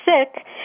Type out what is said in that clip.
sick